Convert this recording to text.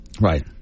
Right